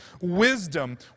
wisdom